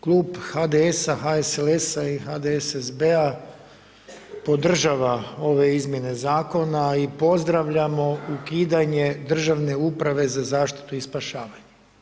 Klub HDS-a, HSLS-a i HDSB-a podržava ove izmjene Zakona i pozdravljamo ukidanje Državne uprave za zaštitu i spašavanje.